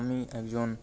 আমি একজন